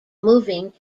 moving